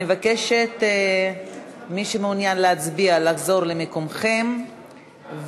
אני מבקשת ממי שמעוניין להצביע לחזור למקומו ולהצביע,